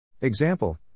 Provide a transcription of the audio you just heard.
Example